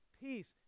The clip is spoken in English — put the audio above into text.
peace